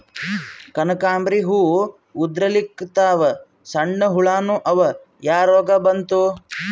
ಕನಕಾಂಬ್ರಿ ಹೂ ಉದ್ರಲಿಕತ್ತಾವ, ಸಣ್ಣ ಹುಳಾನೂ ಅವಾ, ಯಾ ರೋಗಾ ಬಂತು?